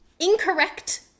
incorrect